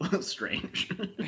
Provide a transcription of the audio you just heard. strange